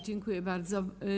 Dziękuję bardzo.